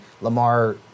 Lamar